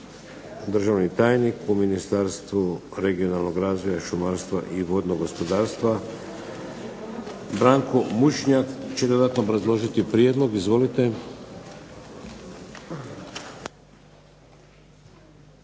Državni tajnik u Ministarstvu regionalnog razvoja, šumarstva i vodnog gospodarstva Branko Mučnjak će dodatno obrazložiti prijedlog. Izvolite.